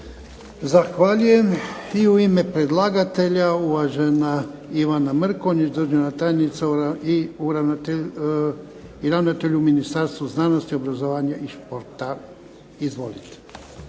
Zahvaljujem. I u ime predlagatelja uvažena Ivana Mrkonjić, državna tajnica i ravnatelj u Ministarstvu znanosti, obrazovanja i športa. Izvolite.